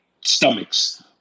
stomachs